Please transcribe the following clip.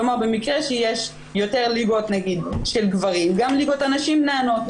כלומר במקרה שיש יותר ליגות נגיד של גברים גם ליגות הנשים נהנות,